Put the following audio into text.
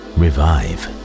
revive